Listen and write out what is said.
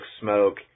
smoke